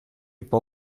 può